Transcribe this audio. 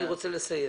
אני רוצה לסיים.